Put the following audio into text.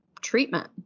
treatment